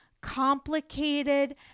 complicated